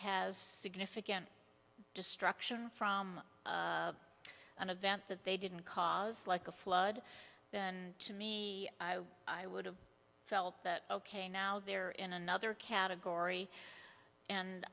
has significant destruction from an event that they didn't cause like a flood then to me the i would have felt that ok now they're in another category and